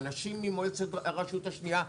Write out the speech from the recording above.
של האנשים ממועצת הרשות השנייה.